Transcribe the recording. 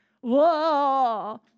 Whoa